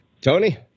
Tony